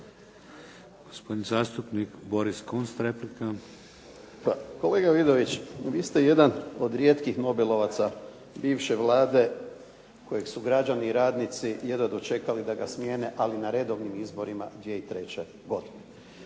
Gospodin zastupnik Boris Kunst, replika. **Kunst, Boris (HDZ)** Pa kolega Vidović vi ste jedan od rijetkih nobelovaca bivše Vlade kojeg su građani i radnici jedva dočekali da ga smjene, ali na redovnim izborima 2003. godine.